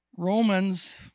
Romans